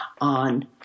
on